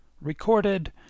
Recorded